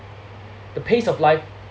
the pace of life